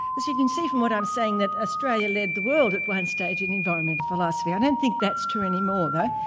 as you can see from what i'm saying that australia led the world at one stage of and environmental philosophy. i don't think that's true any more though.